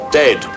dead